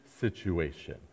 situation